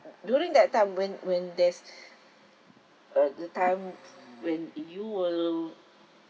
uh during that time when when there's uh the time when you will